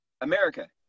America